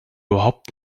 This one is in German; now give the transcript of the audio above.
überhaupt